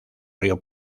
río